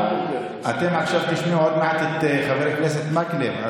אתם עכשיו תשמעו עוד מעט את חבר הכנסת מקלב.